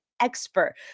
expert